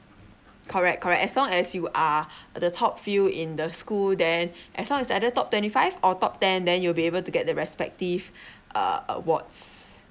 correct correct as long as you are the top few in the school then as long as either top twenty five or top ten then you'll be able to get the respective uh awards